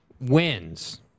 wins